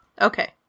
Okay